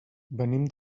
venim